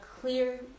clear